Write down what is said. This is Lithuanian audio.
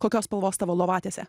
kokios spalvos tavo lovatiese